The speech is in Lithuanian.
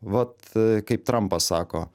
vat kaip trampas sako